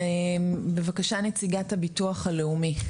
נציגת הביטוח הלאומי